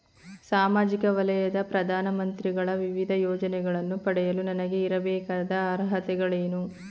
ಸಾಮಾಜಿಕ ವಲಯದ ಪ್ರಧಾನ ಮಂತ್ರಿಗಳ ವಿವಿಧ ಯೋಜನೆಗಳನ್ನು ಪಡೆಯಲು ನನಗೆ ಇರಬೇಕಾದ ಅರ್ಹತೆಗಳೇನು?